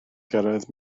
gyrraedd